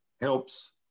helps